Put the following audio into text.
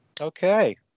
Okay